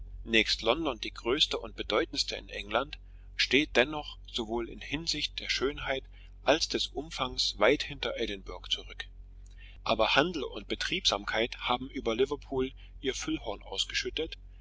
nächst london die größte und bedeutendste in england steht dennoch sowohl in hinsicht der schönheit als des umfangs weit hinter edinburgh zurück aber handel und betriebsamkeit haben über liverpool ihr füllhorn ausgeschüttet